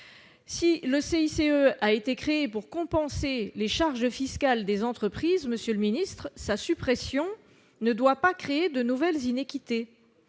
Si le CICE a été créé pour compenser les charges fiscales des entreprises, monsieur le ministre, sa suppression ne doit pas créer de nouvelles iniquités.